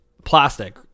plastic